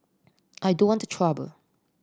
I don't want trouble